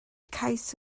cais